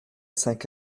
cinq